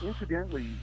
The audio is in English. incidentally